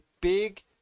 big